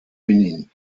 benin